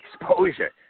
exposure